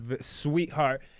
sweetheart